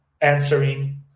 answering